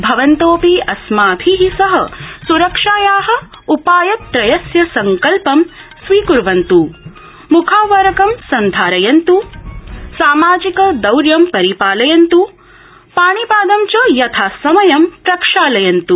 भवन्तोऽपि अस्माभि सह सुरक्षाया उपायत्रयस्य सङ्कल्पं स्वीक्वन्त् मुखावरकं सन्धारयन्त् सामाजिकदौर्यं परिपालयन्तु पाणिपादं च यथासमयं प्रक्षालयन्त्